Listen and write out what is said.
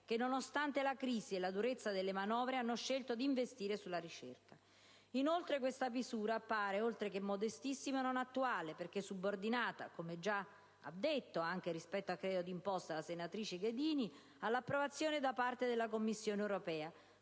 che, nonostante la crisi e la durezza delle manovre, hanno scelto di investire sulla ricerca. Inoltre, questa misura appare, oltre che modestissima, assolutamente non attuale, perché subordinata - come già evidenziato rispetto al credito d'imposta dalla senatrice Ghedini - all'approvazione da parte della Commissione europea,